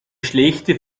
schlechte